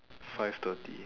five thirty